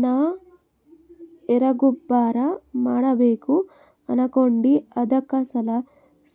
ನಾ ಎರಿಗೊಬ್ಬರ ಮಾಡಬೇಕು ಅನಕೊಂಡಿನ್ರಿ ಅದಕ ಸಾಲಾ